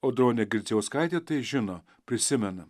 audronė girdzijauskaitė tai žino prisimena